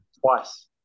twice